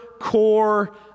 core